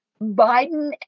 Biden